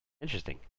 Interesting